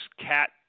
Cat